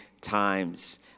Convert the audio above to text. times